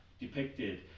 depicted